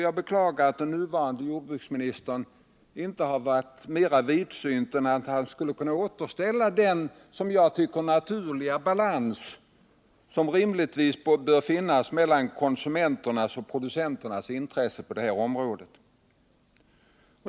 Jag beklagar att den nuvarande jordbruksministern inte har varit så vidsynt att han återställt den, enligt min mening, naturliga balans som rimligtvis bör finnas mellan konsumenternas och producenternas intressen på det här området.